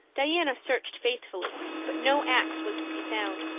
diana searched faithfully but no axe was to be found.